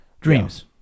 dreams